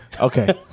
Okay